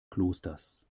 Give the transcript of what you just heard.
klosters